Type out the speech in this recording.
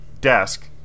desk